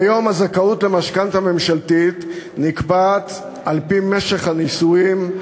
כיום הזכאות למשכנתה ממשלתית נקבעת על-פי משך הנישואים,